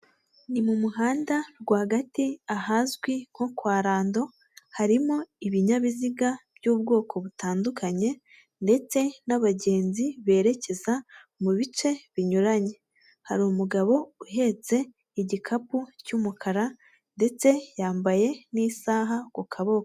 Ni mu muhanda rwagati ahazwi nko kwa Rando, harimo ibinyabiziga by'ubwoko butandukanye ndetse n'abagenzi berekeza mu bice binyuranye. Hari umugabo uhetse igikapu cy'umukara ndetse yambaye n'isaha ku kaboko.